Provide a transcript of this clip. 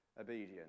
obedience